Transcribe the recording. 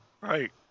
Right